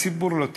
הציבור לא טיפש.